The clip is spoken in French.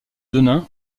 denain